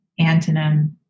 antonym